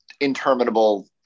interminable